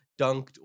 dunked